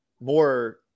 more